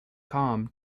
com